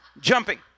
jumping